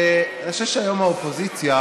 ואני חושב שהיום האופוזיציה,